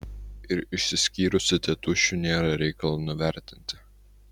ir išsiskyrusių tėtušių nėra reikalo nuvertinti